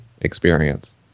experience